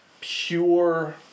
pure